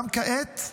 גם כעת,